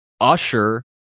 Usher